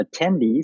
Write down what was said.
attendees